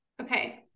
Okay